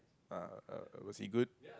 uh uh was he good